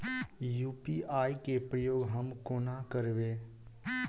UPI केँ प्रयोग हम कोना करबे?